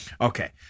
Okay